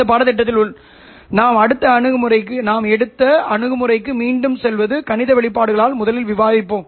இந்த பாடத்திட்டத்தில் நாம் எடுத்த அணுகுமுறைக்கு மீண்டும் செல்வது கணித வெளிப்பாடுகளால் முதலில் விவரிப்போம்